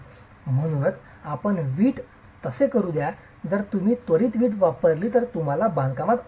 म्हणूनच आपण वीट तसे करू द्या जर तुम्ही त्वरित वीट वापरली तर तुम्हाला बांधकामात अडचण होईल